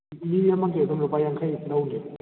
ꯃꯤ ꯑꯃꯒꯤ ꯑꯗꯨꯝ ꯂꯨꯄꯥ ꯌꯥꯡꯈꯩ ꯂꯧꯅꯤ